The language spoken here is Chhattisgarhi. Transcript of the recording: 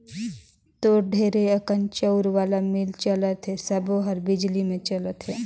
तोर ढेरे अकन चउर वाला मील चलत हे सबो हर बिजली मे चलथे